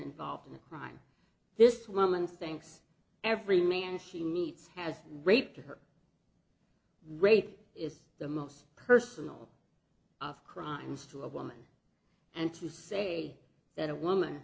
involved in a crime this woman thinks every me and she meets has raped her rape is the most personal of crimes to a woman and to say that a woman